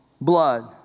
blood